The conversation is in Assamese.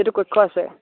যিটো কক্ষ আছে